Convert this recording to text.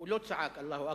הוא צעק "אללה אכבר".